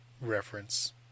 reference